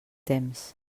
temps